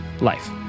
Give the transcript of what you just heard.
life